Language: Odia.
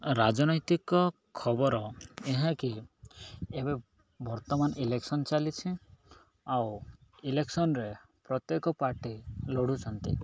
ରାଜନୈତିକ ଖବର ଏହାକି ଏବେ ବର୍ତ୍ତମାନ ଇଲେକ୍ସନ ଚାଲିଛି ଆଉ ଇଲେକ୍ସନରେ ପ୍ରତ୍ୟେକ ପାର୍ଟି ଲଢ଼ୁଛନ୍ତି